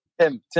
Tim